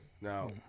Now